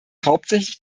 hauptsächlich